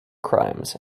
crimes